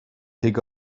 take